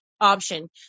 option